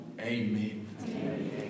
Amen